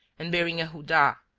and bearing a houdah,